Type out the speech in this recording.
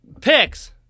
picks